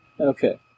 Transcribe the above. Okay